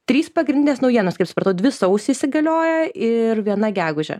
trys pagrindinės naujienos kaip supratau dvi sausį įsigalioja ir viena gegužę